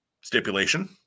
stipulation